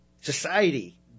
Society